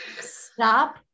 Stop